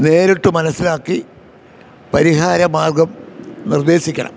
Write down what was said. നേരിട്ട് മനസ്സിലാക്കി പരിഹാരമാർഗ്ഗം നിർദ്ദേശിക്കണം